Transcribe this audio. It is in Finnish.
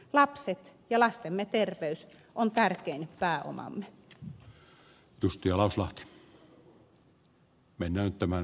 lapset ja lastemme terveys on tärkein pääomamme